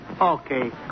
Okay